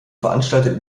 veranstaltet